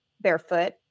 barefoot